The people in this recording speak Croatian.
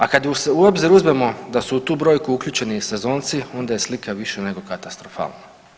A kada u obzir uzmemo da su tu brojku uključeni i sezonci onda je slika više nego katastrofalna.